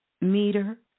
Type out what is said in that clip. meter